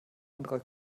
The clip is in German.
anderer